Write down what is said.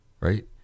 right